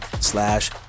slash